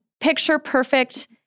picture-perfect